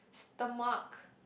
stomach